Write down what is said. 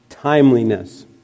timeliness